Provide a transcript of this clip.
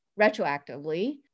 retroactively